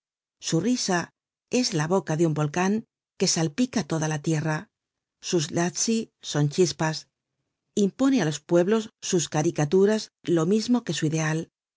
su risa es la boca de un volcan que salpica toda la tierra sus lazzi son chispas impone á los pueblos sus caricaturas lo mismo que su ideal